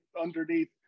underneath